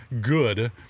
good